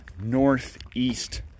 northeast